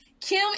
kim